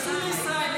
עשו לי ישראלי,